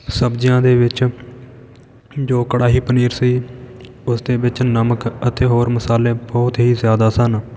ਸਬਜ਼ੀਆਂ ਦੇ ਵਿੱਚ ਜੋ ਕੜਾਹੀ ਪਨੀਰ ਸੀ ਉਸਦੇ ਵਿੱਚ ਨਮਕ ਅਤੇ ਹੋਰ ਮਸਾਲੇ ਬਹੁਤ ਹੀ ਜ਼ਿਆਦਾ ਸਨ